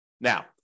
Now